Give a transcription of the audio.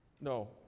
No